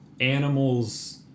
animals